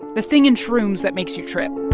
the thing in shrooms that makes you trip